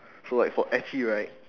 so like for ecchi right